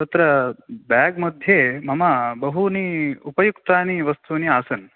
तत्र बेग् मध्ये मम बहूनि उपयुक्तानि वस्तूनि आसन्